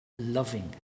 Loving